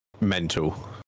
mental